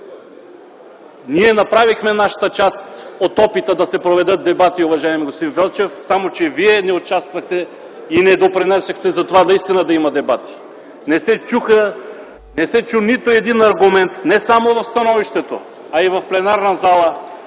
Ние направихме нашата част от опита да се проведат дебати, уважаеми господин Велчев, само че вие не участвахте и не допринесохте за това наистина да има дебати. Не се чу нито един аргумент не само в становището, а и в пленарна зала,